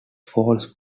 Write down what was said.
falls